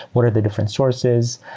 what are the different sources?